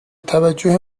توجه